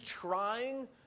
trying